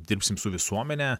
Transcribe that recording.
dirbsim su visuomene